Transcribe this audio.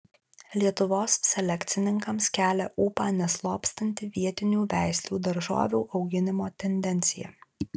lietuvos selekcininkams kelia ūpą neslopstanti vietinių veislių daržovių auginimo tendencija